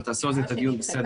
בסדר